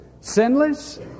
sinless